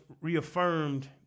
reaffirmed